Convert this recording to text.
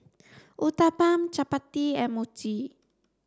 Uthapam Chapati and Mochi